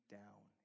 down